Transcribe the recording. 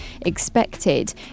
expected